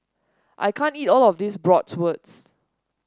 I can't eat all of this Bratwurst